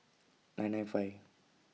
nine nine five